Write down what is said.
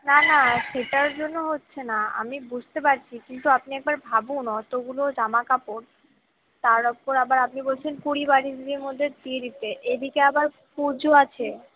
না না সেটার জন্য হচ্ছে না আমি বুঝতে পারছি কিন্তু আপনি একবার ভাবুন অতগুলো জামাকাপড় তার উপর আবার আপনি বলছেন কুড়ি বাইশ দিনের মধ্যে দিয়ে দিতে এদিকে আবার পুজো আছে